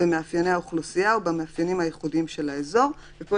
במאפייני האוכלוסייה ובמאפיינים הייחודיים של האזור וכן בפגיעה בזכויות."